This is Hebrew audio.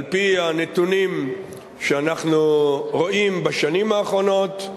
על-פי הנתונים שאנחנו רואים בשנים האחרונות,